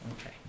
Okay